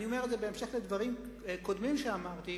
אני אומר את זה בהמשך הדברים הקודמים שאמרתי,